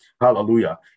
Hallelujah